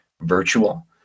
virtual